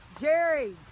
Jerry